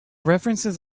references